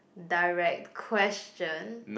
direct question